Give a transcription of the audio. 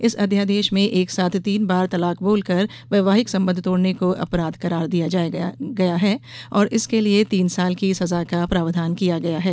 इस अध्यादेश में एक साथ तीन बार तलाक बोलकर वैवाहिक संबंध तोड़ने को अपराध करार दिया गया है और इसके लिए तीन साल की सजा का प्रावधान किया गया है